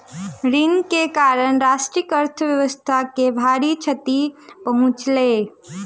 ऋण के कारण राष्ट्रक अर्थव्यवस्था के भारी क्षति पहुँचलै